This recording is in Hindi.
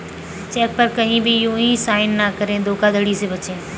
चेक पर कहीं भी यू हीं साइन न करें धोखाधड़ी से बचे